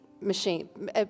machine